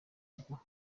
aguha